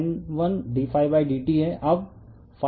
अब max sin ω t जानें